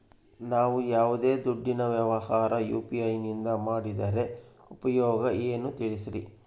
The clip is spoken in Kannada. ನಾವು ಯಾವ್ದೇ ದುಡ್ಡಿನ ವ್ಯವಹಾರ ಯು.ಪಿ.ಐ ನಿಂದ ಮಾಡಿದ್ರೆ ಉಪಯೋಗ ಏನು ತಿಳಿಸ್ರಿ?